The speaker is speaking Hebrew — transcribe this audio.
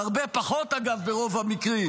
הרבה פחות, אגב, ברוב המקרים.